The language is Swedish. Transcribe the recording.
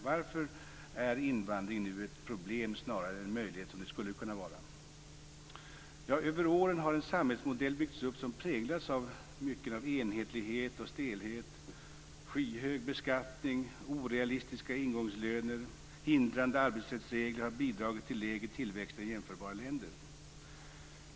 Varför blir invandringen nu ett problem snarare än en möjlighet så som den skulle kunna vara? Över åren har en samhällsmodell byggts upp som präglas av enhetlighet och stelhet. Skyhög beskattning, orealistiska ingångslöner, hindrande arbetsrättsregler har bidragit till lägre tillväxt än i jämförbara länder.